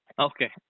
Okay